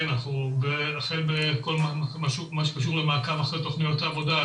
החל בכל מה שקשור למעקב אחרי תכניות העבודה,